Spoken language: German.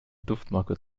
duftmarke